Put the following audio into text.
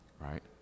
right